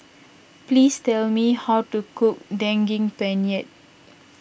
please tell me how to cook Daging Penyet